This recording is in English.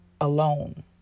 alone